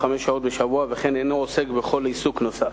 שעות בשבוע ואינו עוסק בכל עיסוק נוסף.